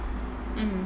mm